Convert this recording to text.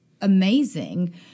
amazing